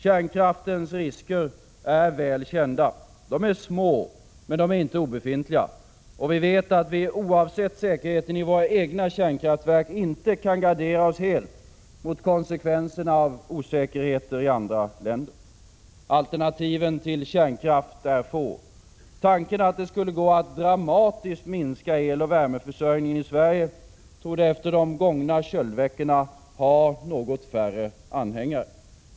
Kärnkraftens risker är väl kända. De är små, men de är inte obefintliga. Vi vet att vi oavsett säkerheten i våra egna kärnkraftverk inte kan gardera oss helt mot konsekvenserna av osäkerheter i andra länders kärnkraftverk. Alternativen till kärnkraft är få. Tanken att det skulle gå att dramatiskt minska eloch värmeförsörjningen i Sverige torde efter de gångna köldveckorna ha något färre anhängare.